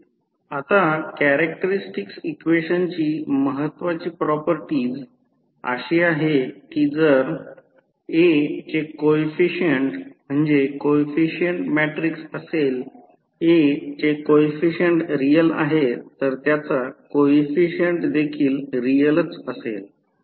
आता कॅरेक्टरस्टिक्स इक्वेशनची महत्त्वाची प्रॉपर्टीज अशी आहे की जर A चे कोइफिसिएंट म्हणजे कोइफिसिएंट मॅट्रिक्स असेल तर A चे कोइफिसिएंट रियल आहेत तर त्याचा कोइफिसिएंट देखील रियलच असेल